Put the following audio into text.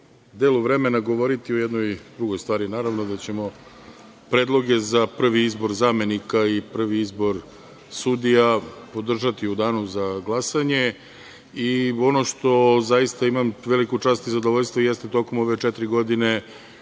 delu vremena govoriti o jednoj drugoj stvari. Naravno da ćemo predloge za prvi izbor zamenika i prvi izbor sudija podržati u danu za glasanje. Ono što zaista imam veliku čast i zadovoljstvo jeste da je tokom ove četiri godine